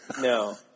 No